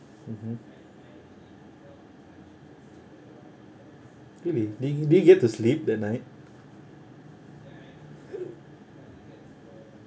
mmhmm really did did you get to sleep that night